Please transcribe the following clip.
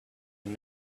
and